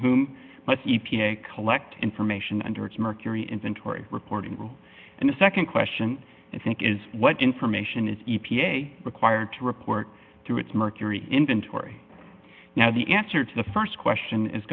whom but e p a collect information under its mercury inventory reporting rule and the nd question i think is what information is e p a required to report to its mercury inventory now the answer to the st question is